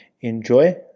Enjoy